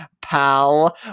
pal